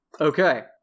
Okay